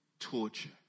Torture